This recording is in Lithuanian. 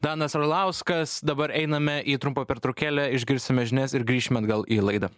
danas arlauskas dabar einame į trumpą pertraukėlę išgirsime žinias ir grįšime atgal į laidą